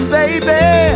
baby